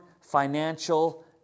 financial